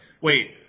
wait